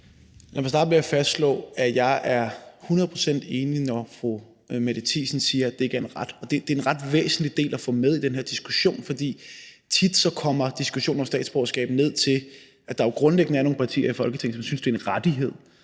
Lad mig starte med at fastslå, at jeg er 100 pct. enig, når fru Mette Thiesen siger, at det ikke er en ret. Det er en ret væsentlig del at få med i den her diskussion, for tit bliver diskussionen om statsborgerskab reduceret, for der er grundlæggende nogle partier i Folketinget, som synes det er en rettighed.